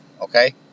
Okay